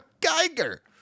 Geiger